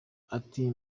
ati